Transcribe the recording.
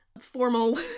formal